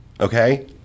okay